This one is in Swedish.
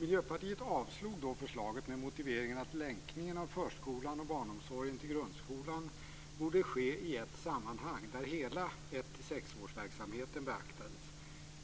Miljöpartiet avslog då förslaget med motiveringen att länkningen av förskolan och barnomsorgen till grundskolan borde ske i ett sammanhang där hela 1-6-årsverksamheten beaktades.